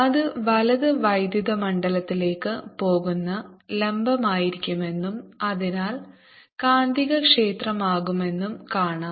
അത് വലത് വൈദ്യുത മണ്ഡലത്തിലേക്ക് പോകുന്ന ലംബമായിരിക്കുമെന്നും അതിനാൽ കാന്തികക്ഷേത്രമാകുമെന്നും കാണാം